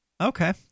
Okay